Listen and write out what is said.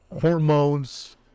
hormones